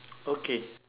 okay